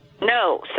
No